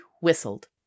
whistled